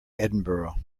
edinburgh